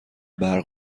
برق